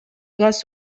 газ